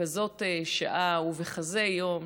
בכזאת שעה ובכזה יום,